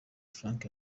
frank